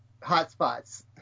hotspots